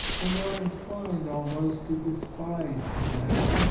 and are inclined almost to despise the latter.